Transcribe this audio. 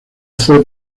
fue